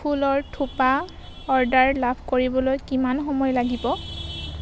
ফুলৰ থোপা অৰ্ডাৰ লাভ কৰিবলৈ কিমান সময় লাগিব